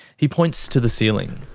he points to the ceiling.